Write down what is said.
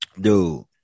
dude